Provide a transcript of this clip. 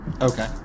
Okay